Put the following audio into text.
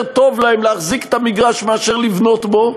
טוב להם להחזיק את המגרש מאשר לבנות בו,